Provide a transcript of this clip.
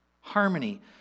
Harmony